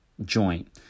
joint